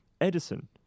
Edison